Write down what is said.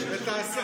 ותעשה,